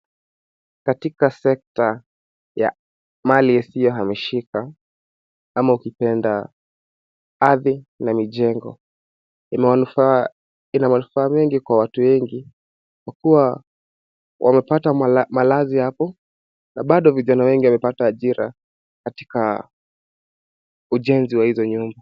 Katika sekta ya mali isiyo hamishika ama ukipenda ardhi na mijengo, ina manufaa mengi kwa watu wengi kwa kua wamepata malazi hapo na bado vijana wengi wamepata ajira katika ujenzi wa hizo nyumbu.